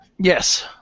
Yes